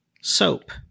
soap